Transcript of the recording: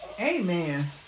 Amen